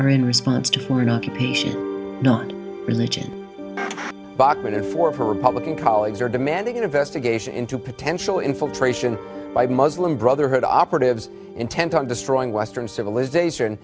are in response to foreign occupation not religion bachmann or for her republican colleagues are demanding an investigation into potential infiltration by muslim brotherhood operatives intent on destroying western civilization